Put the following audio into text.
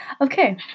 Okay